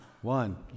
One